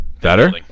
Better